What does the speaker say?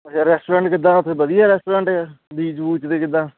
ਅੱਛਾ ਰੈਸਟੋਰੈਂਟ ਕਿੱਦਾਂ ਉੱਥੇ ਵਧੀਆ ਰੈਸਟੋਰੈਂਟ ਆ ਬੀਚ ਬੂਚ 'ਤੇ ਕਿੱਦਾਂ